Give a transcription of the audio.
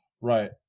Right